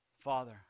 Father